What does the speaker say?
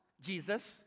Jesus